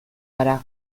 gara